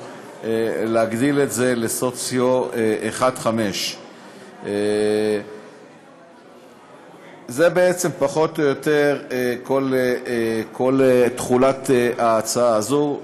להגדיל את זה לסוציו 1 5. זה בעצם פחות או יותר כל תוכן ההצעה הזאת.